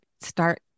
start